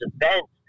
events